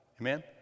Amen